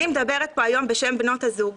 אני מדברת פה היום שם בנות הזוג,